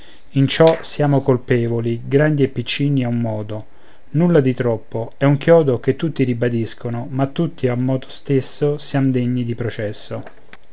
in ciò siamo colpevoli grandi e piccini a un modo nulla di troppo è un chiodo che tutti ribadiscono ma tutti a un modo istesso siam degni di processo